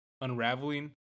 unraveling